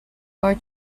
our